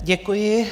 Děkuji.